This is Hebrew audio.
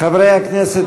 חברי הכנסת,